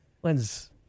When's